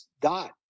dot